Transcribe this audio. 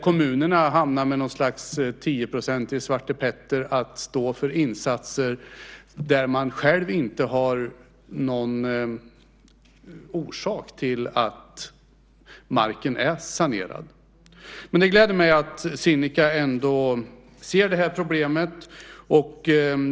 Kommunerna hamnar med något slags tioprocentig svartepetter genom att tvingas stå för insatser på områden där man själv inte är orsak till att marken är sanerad. Det gläder mig att Sinikka ändå ser problemet.